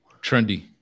Trendy